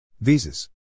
Visas